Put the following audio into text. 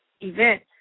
event